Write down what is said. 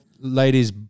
ladies